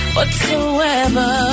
Whatsoever